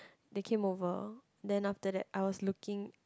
they came over then after that I was looking